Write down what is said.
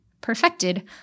perfected